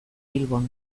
bilbon